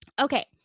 Okay